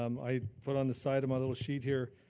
um i put on the side of my little sheet here,